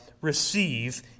receive